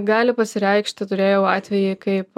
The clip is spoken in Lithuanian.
gali pasireikšti turėjau atvejį kaip